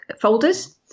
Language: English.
folders